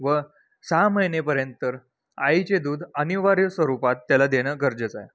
व सहा महिनेपर्यंत तर आईचे दूध अनिवार्य स्वरूपात त्याला देणं गरजेचं आहे